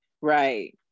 right